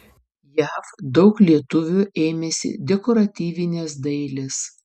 jav daug lietuvių ėmėsi dekoratyvinės dailės